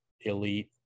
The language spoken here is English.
elite